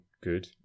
good